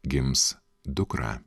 gims dukra